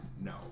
no